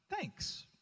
thanks